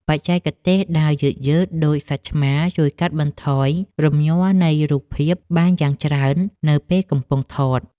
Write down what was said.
បច្ចេកទេសដើរយឺតៗដូចសត្វឆ្មាជួយកាត់បន្ថយរំញ័រនៃរូបភាពបានយ៉ាងច្រើននៅពេលកំពុងថត។